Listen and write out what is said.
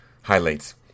highlights